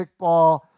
kickball